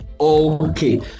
Okay